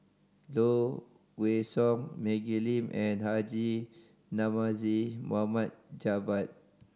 Low Kway Song Maggie Lim and Haji Namazie Mohd Javad